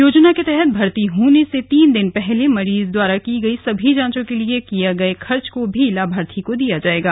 योजना के तहत भर्ती होने से तीन दिन पहले मरीज द्वारा की गई सभी जांचों के लिए किया गया खर्च भी लाभार्थी को दिया जाएगा